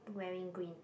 wearing green